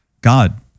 God